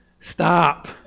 Stop